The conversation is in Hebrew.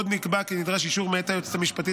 עוד נקבע כי נדרש אישור מאת היועצת המשפטית